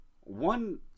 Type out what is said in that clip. One